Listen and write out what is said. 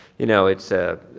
you know, it's ah